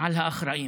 על האחראים.